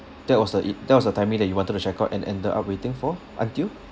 that was the i~ that was the timing that you wanted to check out and ended up waiting for until